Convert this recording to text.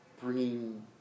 bringing